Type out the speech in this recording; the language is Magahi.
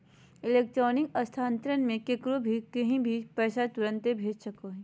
इलेक्ट्रॉनिक स्थानान्तरण मे केकरो भी कही भी पैसा तुरते भेज सको हो